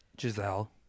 giselle